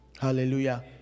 Hallelujah